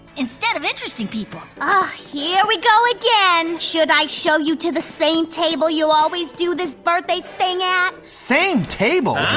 instead of interesting people. ah here we go again. should i show you to the same table you always do this birthday thing at. same table?